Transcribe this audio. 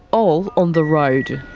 all on the road.